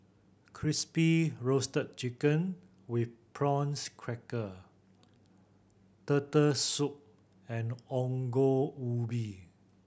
Crispy Roasted Chicken with prawns cracker Turtle Soup and Ongol Ubi